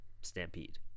stampede